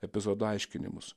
epizodo aiškinimus